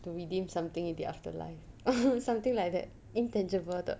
to redeem something in the afterlife or something like that intangible 的